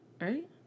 Right